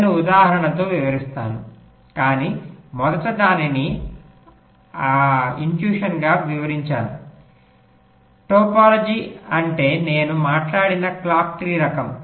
నేను ఉదాహరణతో వివరిస్తాను కాని మొదట దానిని అకారణంగా వివరించాను టోపోలాజీ అంటే నేను మాట్లాడిన క్లాక్ ట్రీ రకం